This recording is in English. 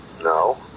No